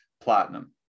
platinum